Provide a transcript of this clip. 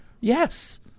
Yes